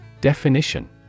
Definition